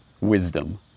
wisdom